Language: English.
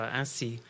ainsi